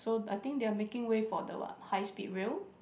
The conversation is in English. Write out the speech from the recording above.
so I think they are making way for the what high speed rail